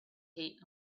heat